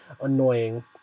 annoying